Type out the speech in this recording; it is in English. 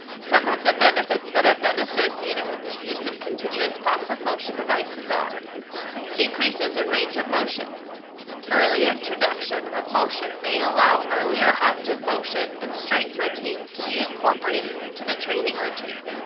some of the benefits that have been associated with the use of continuous passive motion devices are increases in range of motion early introduction of motion may allow earlier active motion and strength routines to be incorporated into the training routine.